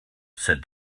said